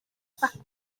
ffacbys